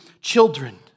children